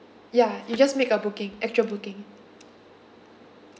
ya you just make a booking actual booking